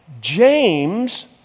James